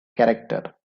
character